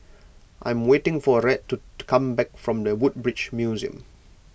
I am waiting for Rhett to to come back from the Woodbridge Museum